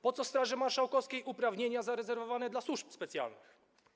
Po co Straży Marszałkowskiej uprawnienia zarezerwowane dla służb specjalnych?